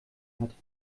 hat